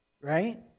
Right